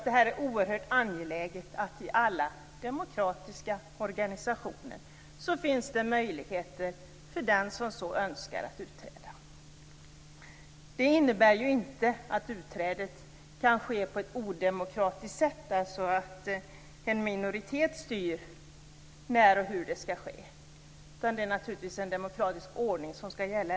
Det är oerhört angeläget att det i alla demokratiska organisationer skall finnas möjligheter att utträda för den som så önskar. Det innebär inte att utträdet kan ske på ett odemokratiskt sätt, alltså att en minoritet kan styra när och hur det skall ske. Naturligtvis skall det gälla en demokratisk ordning även för detta.